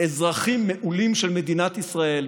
אזרחים מעולים של מדינת ישראל,